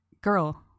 girl